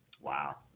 Wow